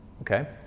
Okay